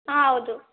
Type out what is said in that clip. ಹಾಂ ಹೌದು